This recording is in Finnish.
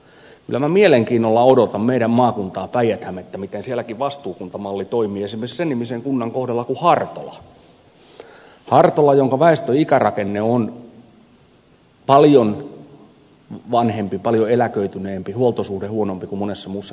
kyllä minä mielenkiinnolla odotan meidän maakuntaamme päijät hämettä miten sielläkin vastuukuntamalli toimii esimerkiksi sen nimisen kunnan kohdalla kuin hartola jonka väestön ikärakenne on paljon vanhempi paljon eläköityneempi huoltosuhde huonompi kuin monessa muussa kunnassa